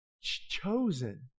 Chosen